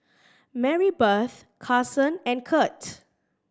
Marybeth Carsen and Curt